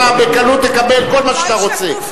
אתה בקלות תקבל כל מה שאתה רוצה.